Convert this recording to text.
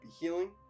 healing